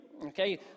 Okay